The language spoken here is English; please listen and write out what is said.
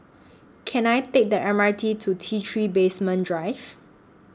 Can I Take The M R T to T three Basement Drive